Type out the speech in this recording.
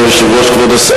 כבוד השר,